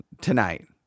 tonight